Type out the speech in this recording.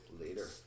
later